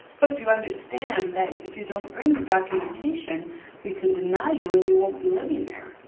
but you understand that if you don't bring the documentation we can deny you, and you won't be living there.